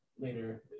Later